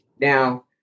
Now